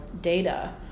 data